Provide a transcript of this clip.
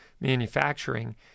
Manufacturing